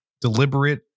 deliberate